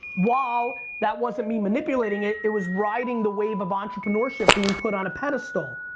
while that wasn't me manipulating it. it was riding the wave of entrepreneurship being put on a pedestal.